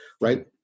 right